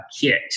kit